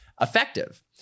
effective